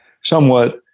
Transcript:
somewhat